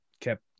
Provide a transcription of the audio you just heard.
kept